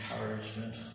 encouragement